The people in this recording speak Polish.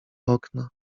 okna